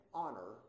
honor